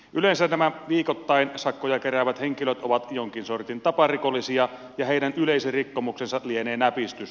yleensä nämä viikoittain sakkoja keräävät henkilöt ovat jonkin sortin taparikollisia ja heidän yleisin rikkomuksensa lienee näpistys